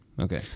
Okay